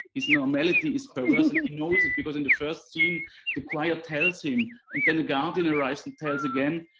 his normality is perverse and he knows it because in the first scene the choir tells him, and then garden arrives and tells again.